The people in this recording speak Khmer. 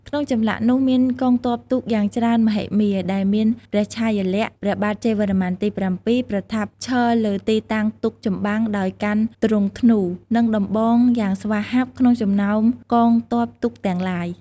ក្នុងចម្លាក់នោះ មានកងទ័ពទូកយ៉ាងច្រើនមហិមាដែលមានព្រះឆាយាល័ក្ខណ៍ ព្រះបាទជ័យវរ្ម័នទី៧ ប្រថាប់ឈរលើទីតាំងទូកចម្បាំងដោយកាន់ទ្រង់ធ្នូ និងដំបងយ៉ាងស្វាហាប់ក្នុងចំណោមកងទ័ពទូកទាំងឡាយ។